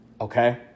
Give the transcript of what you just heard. Okay